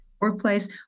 Workplace